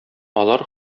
алар